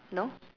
no